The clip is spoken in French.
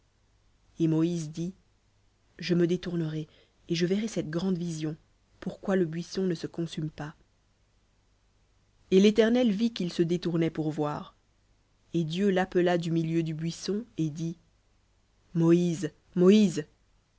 et moïse dit je me détournerai et je verrai cette grande vision pourquoi le buisson ne se consume pas et l'éternel vit qu'il se détournait pour voir et dieu l'appela du milieu du buisson et dit moïse moïse